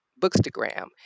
Bookstagram